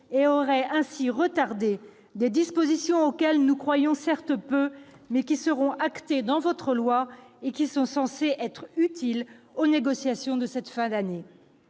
et aurait ainsi retardé l'adoption de dispositions auxquelles nous croyons certes peu, mais qui seront inscrites dans votre loi et qui sont censées être utiles en vue des négociations de cette fin d'année.